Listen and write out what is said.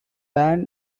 ban